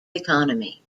economy